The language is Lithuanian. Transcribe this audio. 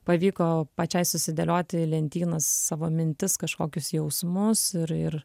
pavyko pačiai susidėlioti į lentynas savo mintis kažkokius jausmus ir ir